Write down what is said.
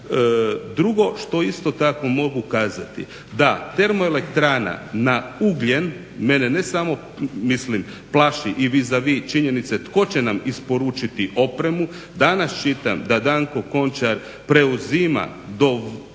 Drugo što isto tako mogu kazati da termoelektrana na ugljen mene ne samo mislim plaši i vis a vis činjenice tko će nam isporučiti opremu. Danas čitam da Danko Končar preuzima dovoz